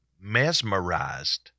mesmerized